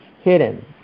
hidden